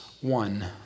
One